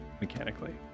mechanically